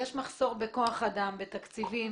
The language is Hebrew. יש מחסור בכוח אדם ובתקציבים